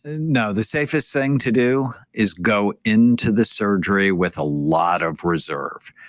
and no. the safest thing to do is go into the surgery with a lot of reserve.